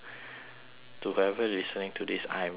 to whoever listening to this I am so sorry